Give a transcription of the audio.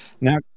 Now